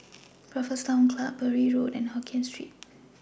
Raffles Town Club Bury Road and Hokien Street